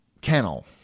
kennel